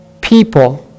people